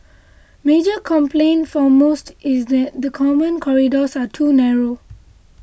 major complaint for most is that the common corridors are too narrow